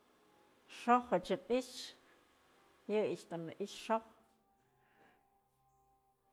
Xo'oj ëch ni'ix yëyëch dun në i'ixë xo'oj.